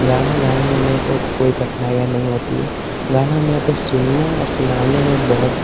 गाना गाने में मुझको कोई कठिनाई नहीं होती है गाना मुझको सुनना और सुनाने में बहुत